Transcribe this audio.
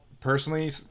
personally